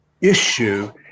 issue